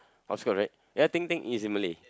hopscotch right ya ting-ting is in Malay